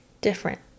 different